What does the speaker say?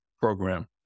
program